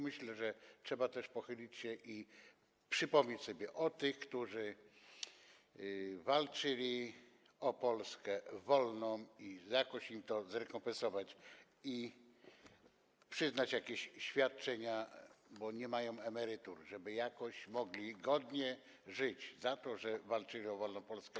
Myślę, że trzeba też pochylić się nad tym, przypomnieć sobie o tych, którzy walczyli o wolną Polskę, jakoś im to zrekompensować i przyznać im jakieś świadczenia, bo nie mają emerytur, żeby jakoś mogli godnie żyć za to, że walczyli o wolną Polskę.